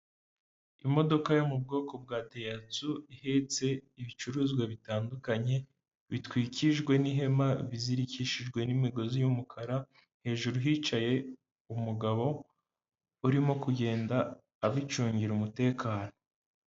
Imodoka yo mu bwoko bwa dayihatsu ihetse ibicuruzwa bitandukanye, bitwikijwe n'ihema bizirikishijwe n'imigozi y'umukara, hejuru hicaye umugabo urimo kugenda abicungira umutekano.